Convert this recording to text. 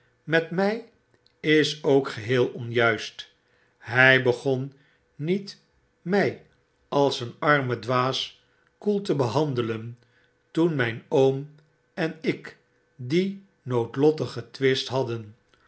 met mij is ook geheel onjuist hij begon niet mij als een armen dwaas koel te behandelen toen mijn oom en ik dien noodlottigen twist hadden